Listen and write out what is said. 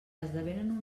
esdevenen